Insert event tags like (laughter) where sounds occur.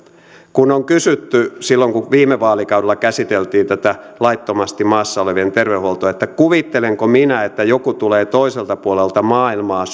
kun on kysytty silloin kun viime vaalikaudella käsiteltiin tätä laittomasti maassa olevien terveydenhuoltoa että kuvittelenko minä että joku tulee toiselta puolelta maailmaa (unintelligible)